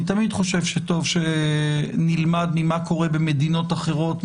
אני תמיד חושב שטוב שנלמד ממה שקורה במדינות אחרות,